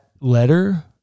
letter